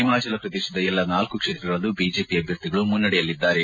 ಹಿಮಾಚಲ ಪ್ರದೇಶದ ಎಲ್ಲಾ ನಾಲ್ಕ ಕ್ಷೇತ್ರಗಳಲ್ಲೂ ಬಿಜೆಪಿ ಅಭ್ಯರ್ಥಿಗಳು ಮುನ್ನಡೆಯಲ್ಲಿದ್ದಾರೆ